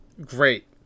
great